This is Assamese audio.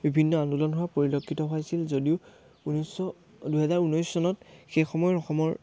বিভিন্ন আন্দোলন হোৱাৰ পৰিলক্ষিত হৈছিল যদিও ঊনৈছশ দুহেজাৰ ঊনৈছ চনত সেই সময়ৰ অসমৰ